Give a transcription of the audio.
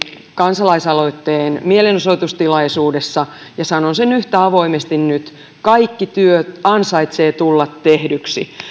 kansalaisaloitteen mielenosoitustilaisuudessa ja sanon sen yhtä avoimesti nyt kaikki työ ansaitsee tulla tehdyksi